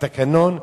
תקנון,